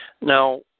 Now